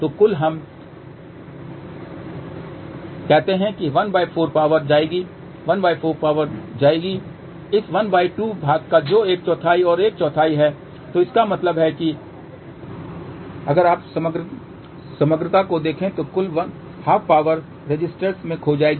तो कुल हम कहते हैं कि ¼ यहां जाएंगे ¼ वहां जाएंगे इस ½ भाग का जो एक चौथाई और एक चौथाई है तो इसका मतलब है अगर आप समग्रता को देखें तो कुल ½ पावर रेसिस्टर्स में खो जाएगी